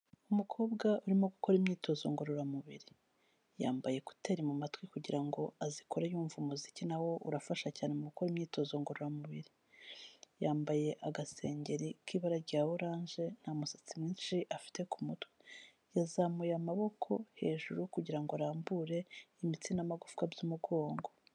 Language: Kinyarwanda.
Umukobwa urimo gukora imyitozo ngororamubiri, yambaye ekuteri mu matwi kugira ngo azikore yumva umuziki na wo urafasha cyane mu gukora imyitozo ngororamubiri. Yambaye agasengeri k'ibara rya oranje nta musatsi mwinshi afite ku mutwe, yazamuye amaboko hejuru kugira ngo arambure imitsi n'amagufwa by'umugongo.